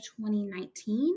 2019